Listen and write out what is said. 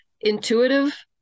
intuitive